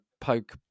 poke